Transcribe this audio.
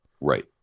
Right